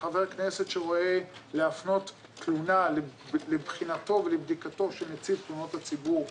וחבר כנסת שרואה להפנות תלונה לבחינתו ובדיקתו של נציב תלונות הציבור,